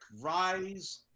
rise